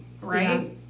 right